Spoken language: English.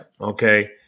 Okay